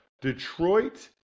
Detroit